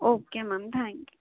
okay ma'am thank you